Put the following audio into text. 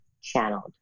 channeled